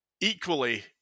Equally